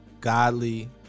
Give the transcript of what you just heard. godly